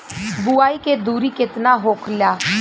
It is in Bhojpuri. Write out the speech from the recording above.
बुआई के दूरी केतना होखेला?